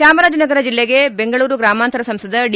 ಚಾಮರಾಜನಗರ ಜಿಲ್ಲೆಗೆ ಬೆಂಗಳೂರು ಗ್ರಾಮಾಂತರ ಸಂಸದ ಡಿ